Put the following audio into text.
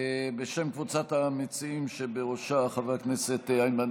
בשם קבוצת המציעים שבראשה חבר הכנסת איימן